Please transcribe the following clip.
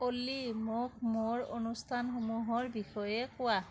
অ'লি মোক মোৰ অনুষ্ঠানসমূহৰ বিষয়ে কোৱা